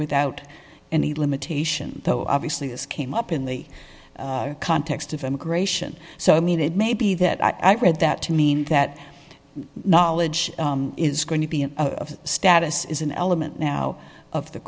without any limitation though obviously this came up in the context of immigration so i mean it may be that i read that to mean that knowledge is going to be a status is an element now of the